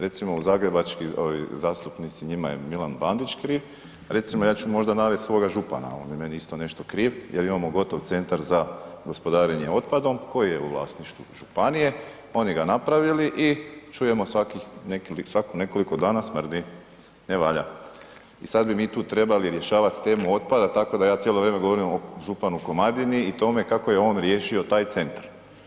Recimo zagrebački zastupnici njima je Milan Bandić kriv, recimo ja ću možda navest svoga župana, on je meni isto nešto kriv jer imamo gotov Centar za gospodarenje otpadom koji je u vlasništvu županije, oni ga napravili i čujemo svako nekoliko dana smrdi, ne valja i sad bi mi tu trebali rješavat temu otpada tako da ja cijelo vrijeme govorim o županu Komadini i tome kako je on riješio taj centar.